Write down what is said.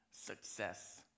Success